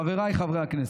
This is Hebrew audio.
חבריי חברי הכנסת,